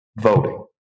voting